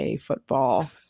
football